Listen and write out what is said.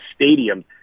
stadium